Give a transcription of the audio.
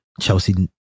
Chelsea